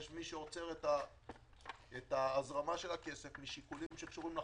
יש מי שעוצר את ההזרמה של הכסף משיקולים שקשורים לחוק.